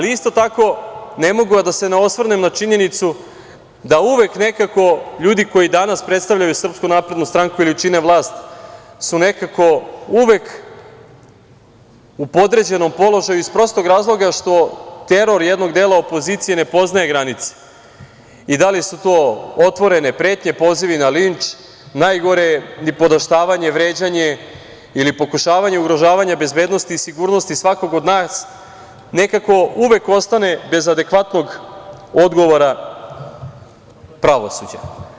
Isto tako, ne mogu a da se ne osvrnem na činjenicu da uvek nekako ljudi koji danas predstavljaju SNS ili čine vlast su nekako uvek u podređenom položaju iz prostog razloga što teror jednog dela opozicije ne poznaje granice i da li su to otvorene pretnje, pozivi na linč, najgore nipodaštavanje, vređanje ili pokušavanje ugrožavanja bezbednosti i sigurnosti svakog od nas, nekako uvek ostane bez adekvatnog odgovora pravosuđa.